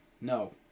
No